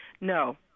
No